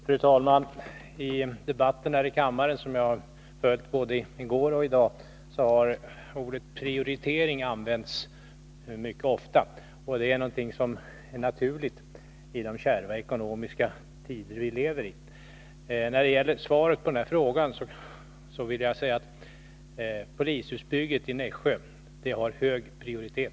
Fru talman! I debatten här i kammaren, som jag har följt både i går och i dag, har ordet prioritering använts mycket ofta. Det är naturligt i de kärva ekonomiska tider som vi lever i. Som svar på Åke Gustavssons fråga vill jag säga att polishusbygget i Nässjö har hög prioritet.